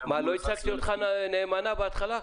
מול 11,000 --- לא הצגתי אותך נאמנה בהתחלה?